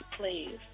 please